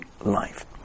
life